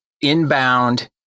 inbound